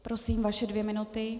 Prosím, vaše dvě minuty.